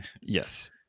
Yes